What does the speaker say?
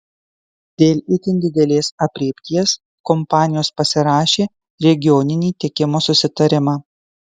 dėl itin didelės aprėpties kompanijos pasirašė regioninį tiekimo susitarimą